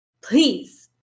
please